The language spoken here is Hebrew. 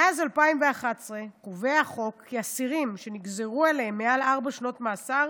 מאז 2011 קובע החוק כי אסירים שנגזרו עליהם מעל ארבע שנות מאסר